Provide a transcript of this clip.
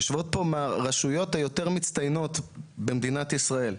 יושבות פה מהרשויות היותר מצטיינות במדינת ישראל.